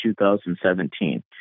2017